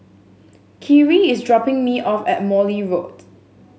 khiry is dropping me off at Morley Road